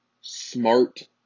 smart